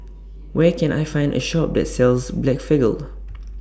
Where Can I Find A Shop that sells Blephagel